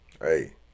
Hey